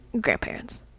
grandparents